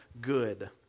good